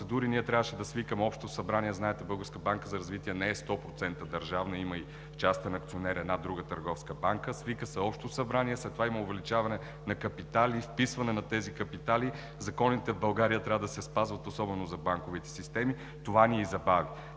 – трябваше да свикаме общо събрание. Знаете, че Българската банка за развитие не е сто процента държавна – има и частен акционер една друга търговска банка, свиква се общо събрание, след това има увеличаване на капитали и вписване на тези капитали. Законите в България трябва да се спазват, особено за банковите системи. Това ни и забави.